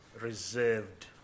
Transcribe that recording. reserved